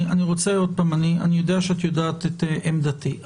אני יודע שאת יודעת את עמדתי.